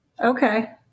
Okay